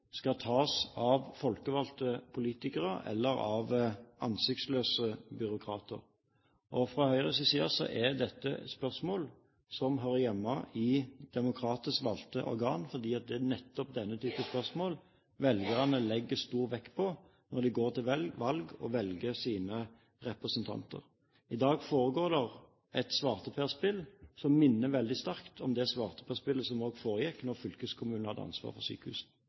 skal tas av folkevalgte politikere eller av ansiktsløse byråkrater. Fra Høyres side er dette spørsmål som hører hjemme i demokratisk valgte organ, fordi det er nettopp denne typen spørsmål velgerne legger stor vekt på når de går til valg og velger sine representanter. I dag foregår det et svarteperspill som minner veldig sterkt om det svarteperspillet som også foregikk da fylkeskommunene hadde ansvaret for sykehusene.